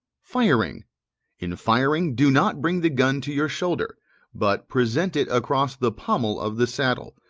firing in firing, do not bring the gun to your shoulder but present it across the pommel of the saddle,